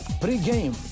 Pre-game